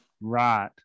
Right